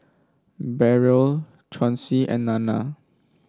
Beryl Chauncy and Nana